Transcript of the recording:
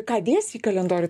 ką dės į kalendorių